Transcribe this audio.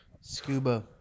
Scuba